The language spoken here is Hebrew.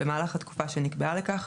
במהלך התקופה שנקבעה לכך,